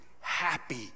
happy